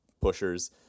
pushers